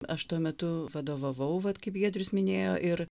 aš tuo metu vadovavau vat kaip giedrius minėjo ir